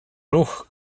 ruch